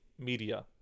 media